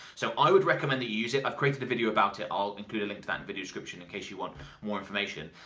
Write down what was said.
so i would recommend that you use it. i've created a video about it. i'll include a link to that in video description in case you want more information.